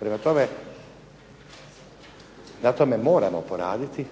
Prema tome, na tome moramo poraditi,